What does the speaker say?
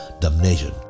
damnation